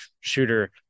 shooter